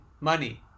money